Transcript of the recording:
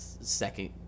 second